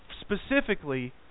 specifically